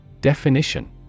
Definition